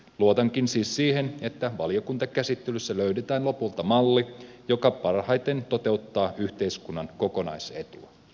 luotankin siis siihen että valiokuntakäsittelyssä löydetään lopulta malli joka parhaiten toteuttaa yhteiskunnan kokonaisetua